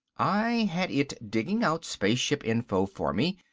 i had it digging out spaceship info for me,